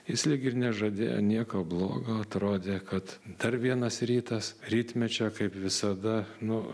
jis lyg ir nežadėjo nieko blogo atrodė kad dar vienas rytas rytmečio kaip visada nu